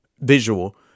visual